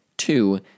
two